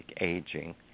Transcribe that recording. Aging